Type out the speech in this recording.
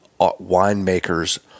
winemaker's